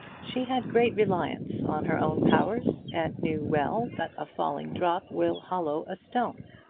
she had great reliance on her own powers, and knew well that a falling drop will hollow a stone.